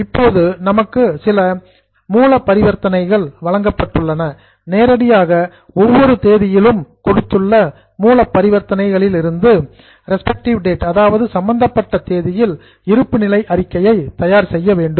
இப்போது நமக்கு ஒரு சில ரா டிரன்சாக்சன்ஸ் மூல பரிவர்த்தனைகள் வழங்கப்பட்டுள்ளன நேரடியாக ஒவ்வொரு தேதியிலும் கொடுத்துள்ள மூல பரிவர்த்தனைகளில் இருந்து ரெஸ்பெக்டிவ் டேட் சம்பந்தப்பட்ட தேதியில் இருப்புநிலை அறிக்கையை தயார் செய்ய வேண்டும்